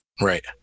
Right